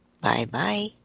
bye-bye